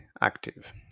active